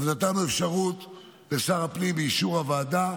אז נתנו אפשרות לשר הפנים, באישור הוועדה,